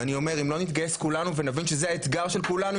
ואני אומר שאם לא נתגייס כולנו ונבין שזה האתגר של כולנו,